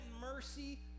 mercy